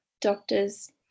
doctors